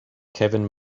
kevin